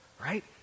right